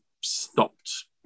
stopped